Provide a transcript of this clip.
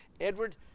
Edward